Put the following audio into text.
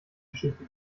geschichte